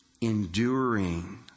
enduring